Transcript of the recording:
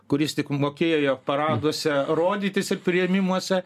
kuris tik mokėjo paraduose rodytis ir priėmimuose